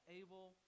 able